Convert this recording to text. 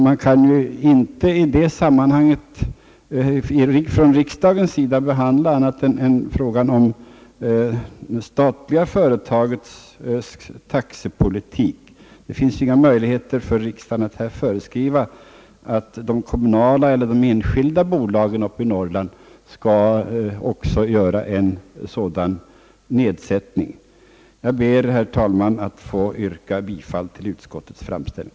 Man kan inte i detta sammanhang från riksdagens sida behandla annat än frågan om det statliga företagets taxepolitik. Det finns inga möjligheter för riksdagen att föreskriva att de kommunala eller enskilda bolagen i Norrland också skall företa en sådan nedsättning. Herr talman! Jag ber att få yrka bifall till utskottets hemställan.